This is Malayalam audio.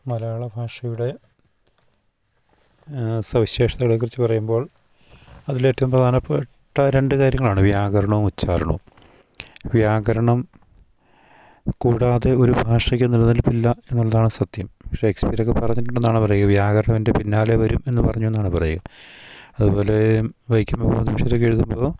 മലയാള ഭാഷയുടെ സവിശേഷതകളെക്കുറിച്ച് പറയുമ്പോൾ അതിലേറ്റവും പ്രധാനപ്പെട്ട രണ്ടു കാര്യങ്ങളാണ് വ്യാകരണവും ഉച്ചാരണവും വ്യാകരണം കൂടാതെ ഒരു ഭാഷയ്ക്ക് നിലനിൽപ്പില്ല എന്നുള്ളതാണ് സത്യം ഷെക്സ്പിയറൊക്കെ പറഞ്ഞിട്ടുണ്ടെന്നാണ് പറയുക വ്യാകരണം എൻ്റെ പിന്നാലെ വരും എന്നു പറഞ്ഞു എന്നാണ് പറയുക അതുപോലെ വൈക്കം മുഹമ്മദ് ബഷീറൊക്കെ എഴുതുമ്പോൾ